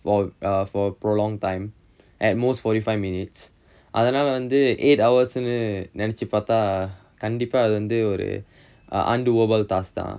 for a for a prolonged time at most forty five minutes அதனால வந்து:athanaala vanthu eight hours நினைச்சு பாத்தா கண்டிப்பா அது வந்து ஒரு:ninaichu paathaa athu vanthu oru undoable task ah